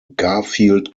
garfield